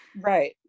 Right